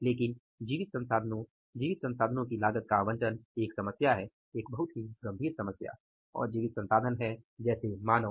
लेकिन जीवित संसाधनों जीवित संसाधनों की लागत का आवंटन एक समस्या है और जीवित संसाधन हैं जैसे मानव